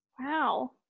Wow